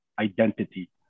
identity